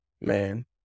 Man